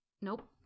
Nope